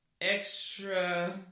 extra